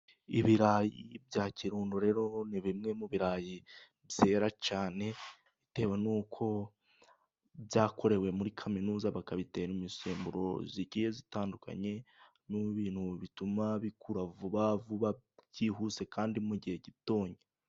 Ibirayi bya Kirundo ,rero ni bimwe mu birayi byera cyane. Bitewe n'uko byakorewe muri kaminuza. Bakabitera imisemburo igiye zitandukanye. Ni ibintu bituma bikura vuba vuba. Byihuse kandi mu gihe gitoya.